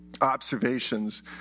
observations